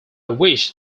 wish